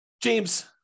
James